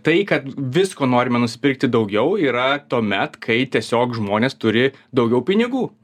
tai kad visko norime nusipirkti daugiau yra tuomet kai tiesiog žmonės turi daugiau pinigų